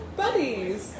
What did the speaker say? buddies